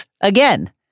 again